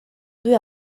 due